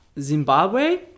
Zimbabwe